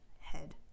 head